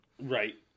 Right